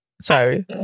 Sorry